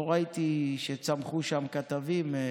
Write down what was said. לא ראיתי שצמחו שם כתבים.